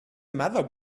matter